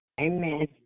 Amen